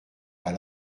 pas